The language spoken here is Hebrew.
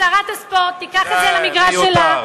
ששרת הספורט תיקח את זה למגרש שלה, זה מיותר.